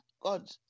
God